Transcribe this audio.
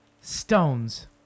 stones